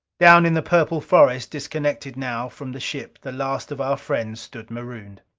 down in the purple forest, disconnected now from the ship, the last of our friends stood marooned.